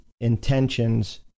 intentions